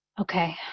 Okay